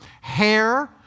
hair